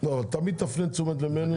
תמיד תפנה את תשומת לבנו.